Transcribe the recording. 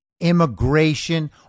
immigration